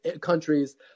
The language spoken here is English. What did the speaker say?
countries